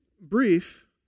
brief